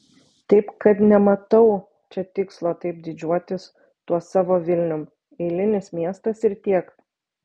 taip kad nematau čia tikslo taip didžiuotis tuo savo vilnium eilinis miestas ir tiek